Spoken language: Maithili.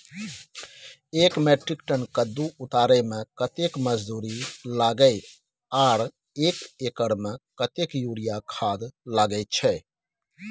एक मेट्रिक टन कद्दू उतारे में कतेक मजदूरी लागे इ आर एक एकर में कतेक यूरिया खाद लागे छै?